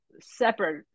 separate